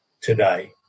today